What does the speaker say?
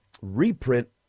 reprint